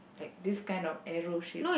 like this kind of arrow shape